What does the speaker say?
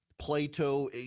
Plato